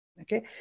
Okay